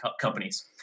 companies